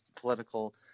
political